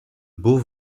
beaux